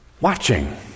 watching